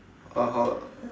oh how uh